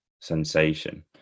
sensation